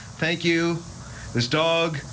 thank you this dog,